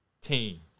team